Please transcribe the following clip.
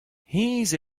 hennezh